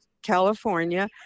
California